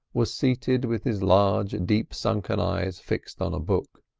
was seated with his large, deep-sunken eyes fixed on a book.